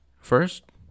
First